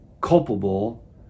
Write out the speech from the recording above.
culpable